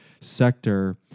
sector